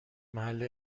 محل